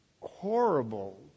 horrible